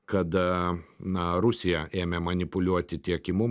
kada na rusija ėmė manipuliuoti tiekimu